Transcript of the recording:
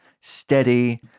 steady